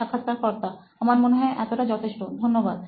সাক্ষাৎকারকর্তা আমার মনে হয় এতটা যথেষ্ট ধন্যবাদ